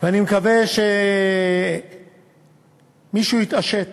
ואני מקווה שמישהו יתעשת